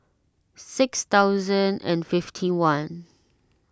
six thousand and fifty one